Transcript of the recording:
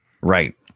Right